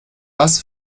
was